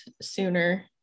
sooner